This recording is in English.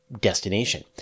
destination